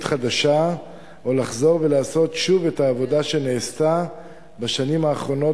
חדשה או לחזור ולעשות שוב את העבודה שנעשתה בשנים האחרונות,